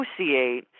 associate